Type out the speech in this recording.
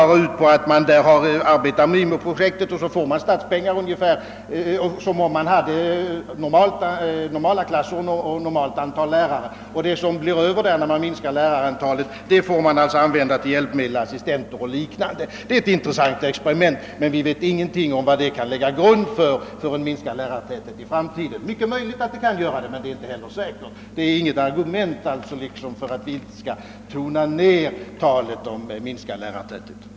Man får statspengar ungefär som om man hade normala klasser och normalt antal lärare. Det som blir över i pengar, när man minskar lärarantalet, får man använda till hjälpmedel, assistenter och liknande. Det är ett intressant experiment, men vi vet ingenting om vad det kan lägga grunden till. Det är möjligt, att det kan leda till en minskad lärartäthet i framtiden, men det är inte säkert. Något argument för att vi inte skall tona ned talet om minskad lärartäthet är det alltså ej.